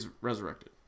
resurrected